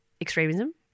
extremism